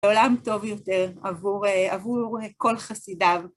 עולם טוב יותר עבור כל חסידיו.